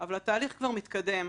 אבל התהליך כבר מתקדם.